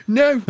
no